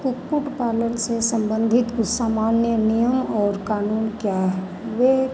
कुक्कुट पालन से सम्बंधित कुछ सामान्य नियम और कानून क्या हैं वे